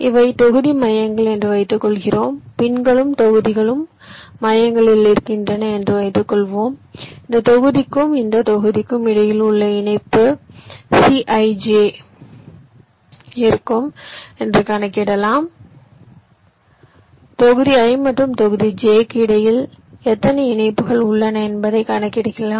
இவை தொகுதி மையங்கள் என்று வைத்துக்கொள்வோம் ஊசிகளும் தொகுதிகளின் மையங்களில் இருக்கின்றன என்று வைத்துக்கொள்வோம் இந்த தொகுதிக்கும் இந்த தொகுதிக்கும் இடையில் உள்ள இணைப்பு cij இருக்கும் என்று கணக்கிடலாம் தொகுதி i மற்றும் தொகுதி j க்கு இடையில் எத்தனை இணைப்புகள் உள்ளன என்பதை கணக்கிடுகிறேன்